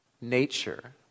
nature